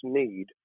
need